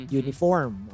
uniform